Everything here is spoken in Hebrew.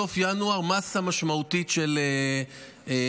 סוף ינואר מאסה משמעותית של סטודנטים,